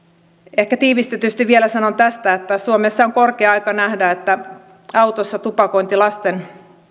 ehkä tiivistetysti vielä sanon tästä että suomessa on korkea aika nähdä että autossa tupakointi lasten